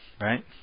right